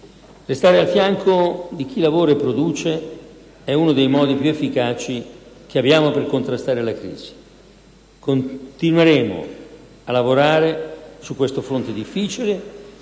Restare al fianco di chi lavora e produce è uno dei modi più efficaci che abbiamo per contrastare la crisi. Continueremo a lavorare su questo fronte difficile,